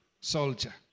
soldier